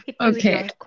Okay